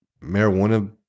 marijuana